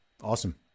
Awesome